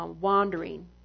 Wandering